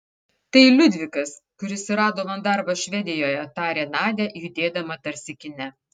tai liudvikas kuris surado man darbą švedijoje tarė nadia judėdama tarsi kine